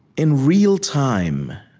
in real time